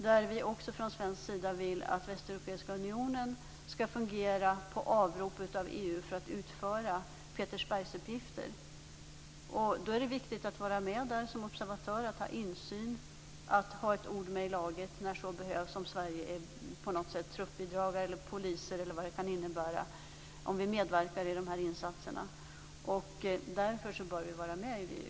Där vill vi att Västeuropeiska unionen skall fungera på initiativ av EU för att utföra Petersbergsuppgifter. Då är det viktigt att vara med som observatör, att ha insyn och att ha ett ord med i laget när så behövs om Sverige på något sätt är truppbidragare eller poliser. Därför bör vi vara med i VEU.